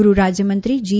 ગૃહરાજ્યમંત્રી જી